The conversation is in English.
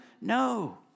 No